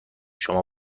شما